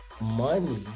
money